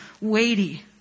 weighty